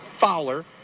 Fowler